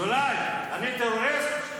אזולאי, אני טרוריסט?